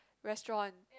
restaurant